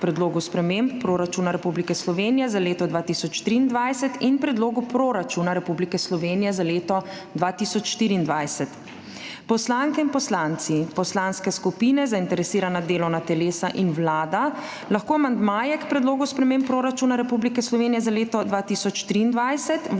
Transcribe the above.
Predlogu sprememb proračuna Republike Slovenije za leto 2023 in Predlogu proračuna Republike Slovenije za leto 2024. Poslanke in poslanci, poslanske skupine, zainteresirana delovna telesa in Vlada lahko amandmaje k predlogu sprememb proračuna Republike Slovenije za leto 2023